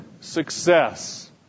success